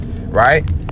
Right